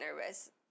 nervous